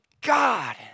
God